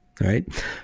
right